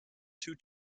two